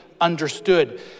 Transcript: understood